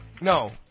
no